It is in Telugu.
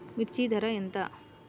మిర్చి ధర ఎంత?